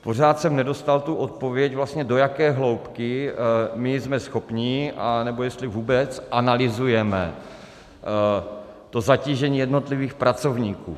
Pořád jsem nedostal odpověď, do jaké hloubky my jsme schopni a nebo jestli vůbec analyzujeme zatížení jednotlivých pracovníků.